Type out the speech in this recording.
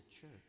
church